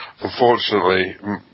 unfortunately